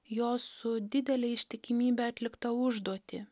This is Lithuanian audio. jo su didele ištikimybe atliktą užduotį